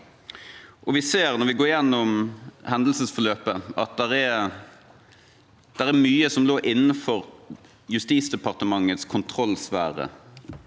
når vi går gjennom hendelsesforløpet, at det var mye som lå innenfor Justisdepartementets kontrollsfære,